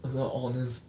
什么 honest